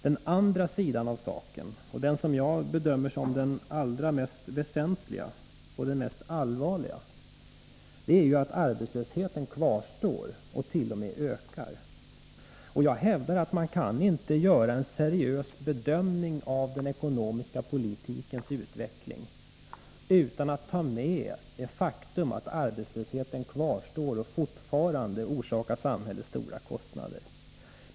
Den andra sidan — som jag bedömer som den allra mest väsentliga och allvarliga — är att arbetslösheten kvarstår och t.o.m. ökar. Jag hävdar att man inte kan göra en seriös bedömning av den ekonomiska politikens utveckling utan att ta med det faktum att arbetslösheten kvarstår och fortfarande orsakar samhället stora kostnader.